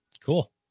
Cool